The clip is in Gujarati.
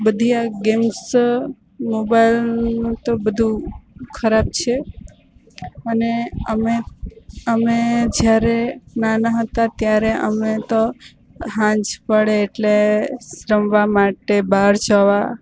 બધી આ ગેમ્સ મોબાઈલનું તો બધું ખરાબ છે અને અમે અમે જ્યારે નાના હતા ત્યારે અમે તો સાંજ પડે એટલે રમવા માટે બહાર જવા